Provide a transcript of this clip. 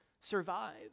survive